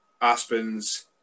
Aspen's